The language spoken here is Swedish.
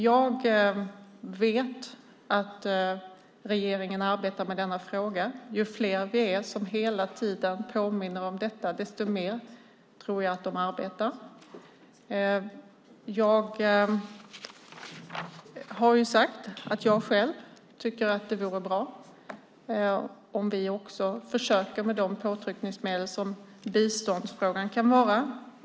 Jag vet att regeringen arbetar med frågan. Ju fler vi är som hela tiden påminner om den, desto mer arbetar de, tror jag. Jag har sagt att jag själv tycker att det vore bra om vi också försökte med det påtryckningsmedel som biståndsfrågan kan vara.